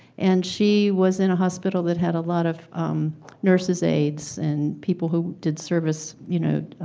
and she was in a hospital that had a lot of nurses aides and people who did service you know,